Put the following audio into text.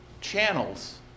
channels